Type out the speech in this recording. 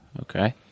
Okay